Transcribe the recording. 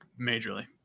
majorly